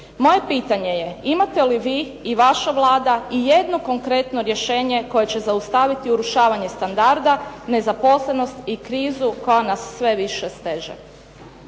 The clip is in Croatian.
Moje pitanje je imate li vi i vaša Vlada ijedno konkretno rješenje koje će zaustaviti urušavanje standarda, nezaposlenost i krizu koja nas sve više steže?